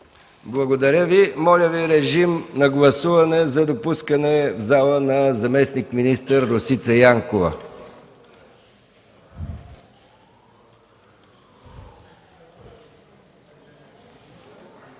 Благодаря Ви. Моля да гласувате за допускане в залата на заместник-министър Росица Янкова.